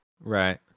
Right